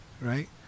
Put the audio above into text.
right